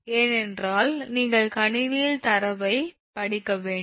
ஏனென்றால் நீங்கள் கணினியில் தரவைப் படிக்க வேண்டும்